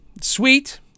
Sweet